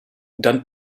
dann